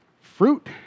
fruit